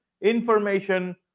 information